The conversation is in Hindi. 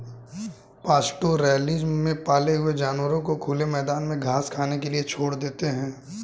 पास्टोरैलिज्म में पाले हुए जानवरों को खुले मैदान में घास खाने के लिए छोड़ देते है